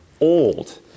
old